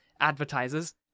advertisers